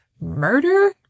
murder